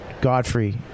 Godfrey